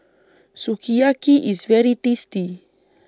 Sukiyaki IS very tasty